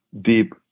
deep